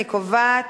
אני קובעת